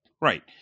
right